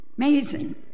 Amazing